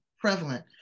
prevalent